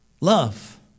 Love